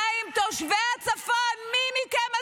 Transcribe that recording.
מה עם תושבי הצפון?